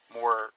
more